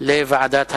לוועדת הכספים.